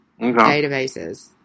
databases